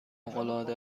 العاده